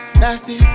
nasty